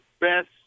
best